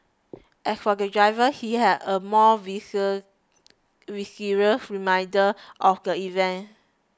as for the driver he had a more visceral reminder of the event